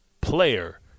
player